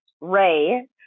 Ray